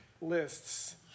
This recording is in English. lists